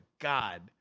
god